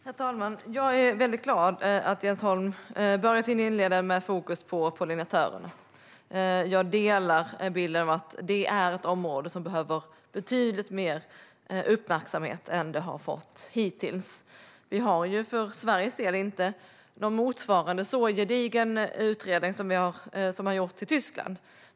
Herr talman! Jag är väldigt glad att Jens Holm inledde med fokus på pollinatörerna. Jag delar bilden att det är ett område som behöver betydligt mer uppmärksamhet än vad det har fått hittills. Vi har för Sveriges del inte någon motsvarande så gedigen utredning som den som har gjorts i Tyskland.